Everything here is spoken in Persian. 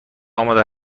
آماده